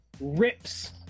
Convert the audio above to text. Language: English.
rips